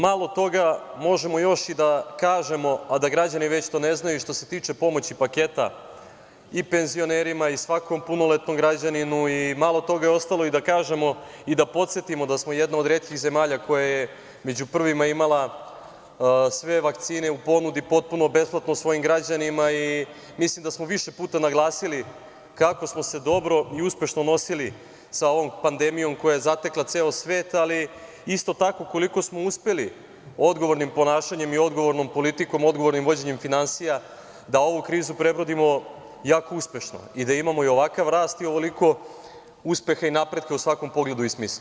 Malo toga možemo još i da kažemo, a da građani već to ne znaju, i što se tiče pomoći paketa i penzionerima i svakom punoletnom građaninu i malo toga je ostalo i da kažemo i da podsetimo da smo jedna od retkih zemalja koja je među prvima imala sve vakcine u ponudi potpuno besplatno svojim građanima i mislim da smo više puta naglasili kako smo se dobro i uspešno nosili sa ovom pandemijom koja je zatekla celi svet, ali isto tako i koliko smo uspeli odgovornim ponašanjem i odgovornom politikom, odgovornim vođenjem finansija, da ovu krizu prebrodimo jako uspešno i da imamo ovakav rast i ovoliko uspeha i napretka u svakom pogledu i smislu.